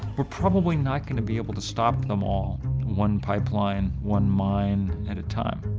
we're probably not going to be able to stop them all one pipeline, one mine at a time.